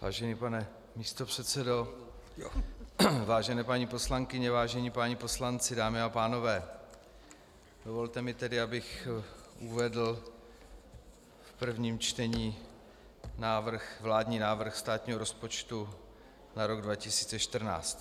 Vážený pane místopředsedo, vážené paní poslankyně, vážení páni poslanci, dámy a pánové, dovolte mi tedy, abych uvedl v prvním čtení vládní návrh státního rozpočtu na rok 2014.